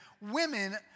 women